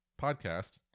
podcast